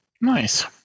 nice